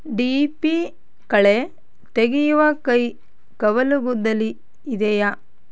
D ಪಿ ಕಳೆ ತೆಗೆಯುವ ಕೈ ಕವಲುಗುದ್ದಲಿ ಇದೆಯಾ